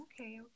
Okay